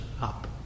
up